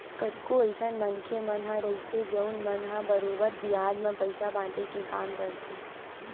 कतको अइसन मनखे मन ह रहिथे जउन मन ह बरोबर बियाज म पइसा बाटे के काम करथे